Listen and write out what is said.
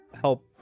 help